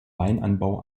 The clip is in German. weinanbau